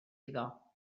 iddo